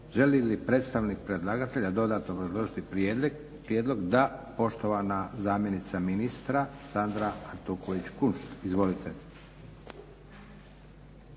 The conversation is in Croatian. Želi li predstavnica predlagatelja dodatno obrazložiti prijedlog? Da, poštovana zamjenica ministra Sandra Artuković KUnšt. Izvolite.